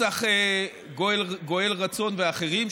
נוסח גואל רצון ואחרים,